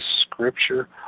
scripture